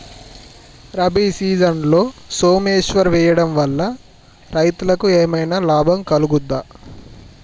రబీ సీజన్లో సోమేశ్వర్ వేయడం వల్ల రైతులకు ఏమైనా లాభం కలుగుద్ద?